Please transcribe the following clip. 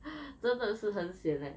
真的是很 sian leh